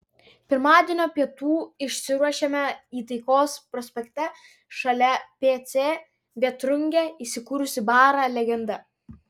pirmadienio pietų išsiruošėme į taikos prospekte šalia pc vėtrungė įsikūrusį barą legenda